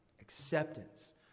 Acceptance